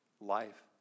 Life